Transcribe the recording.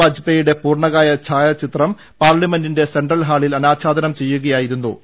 വാജ്പെയുടെ പൂർണകായ ഛായാചിത്രം പാർലമെന്റിന്റെ സെൻട്രൽ ഹാളിൽ അനാച്ഛാദനം ചെയ്യുകയായിരുന്നു രാഷ്ട്രപതി